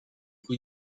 cui